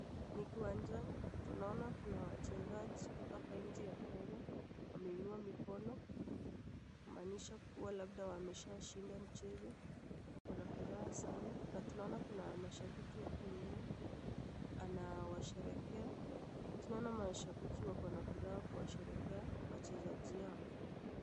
Ni kiwanjani, tunaona kuna wachezaji kutoka nchi ya kenya, wameinua mikono, kumaanisha kuwa labda wameshashinda mchezo, wako na furaha sanamna tunaona kuna mashabiki hapo nyuma anawasherekea. Tunaona mashabiki wako na furaha kuwasherekea wachezaji hawa.